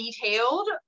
detailed